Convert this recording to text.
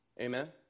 Amen